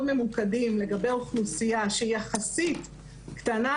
ממוקדים לגבי אוכלוסייה שהיא יחסית קטנה,